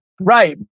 Right